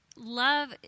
love